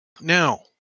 Now